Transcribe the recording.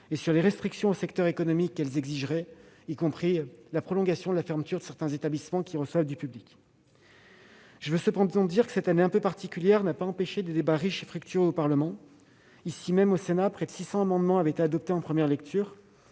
et sur les restrictions aux secteurs économiques que celle-ci exigerait, y compris la prolongation de la fermeture de certains établissements recevant du public. Cette année un peu particulière n'a pas empêché des débats riches et fructueux au Parlement. Au Sénat, près de 600 amendements ont été adoptés en première lecture.